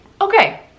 okay